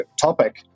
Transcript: topic